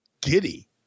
giddy